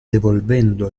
evolvendo